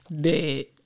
Dead